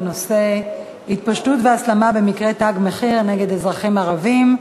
בנושא: ההתפשטות וההסלמה במקרי ״תג מחיר״ נגד אזרחים ערבים,